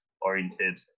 oriented